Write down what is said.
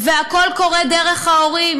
והכול קורה דרך ההורים: